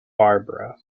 barbara